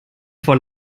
vor